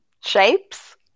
Shapes